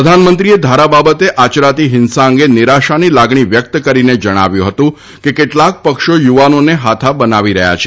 પ્રધાનમંત્રીએ ધારા બાબતે આયરાતી હિંસા અંગે નિરાશાની લાગણી વ્યકત કરીને જણાવ્યું હતું કે કેટલાક પક્ષો યુવાનોને હાથા બનાવી રહ્યા છે